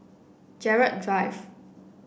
Gerald Drive